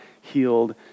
healed